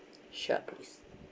sure please